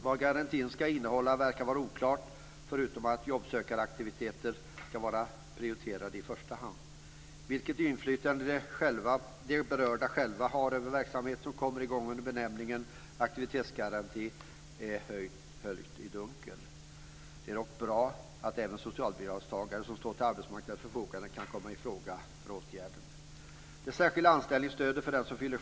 Vad garantin ska innehålla verkar vara oklart, förutom att jobbsökaraktiviteter ska vara prioriterade i första hand. Vilket inflytande de berörda själva har över den verksamhet som kommer i gång under benämningen aktivitetsgaranti är höljt i dunkel. Det är dock bra att även socialbidragstagare som står till arbetsmarknadens förfogande kan komma i fråga för åtgärden.